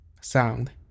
sound